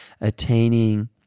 attaining